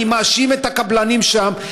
אני מאשים את הקבלנים שם,